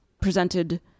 presented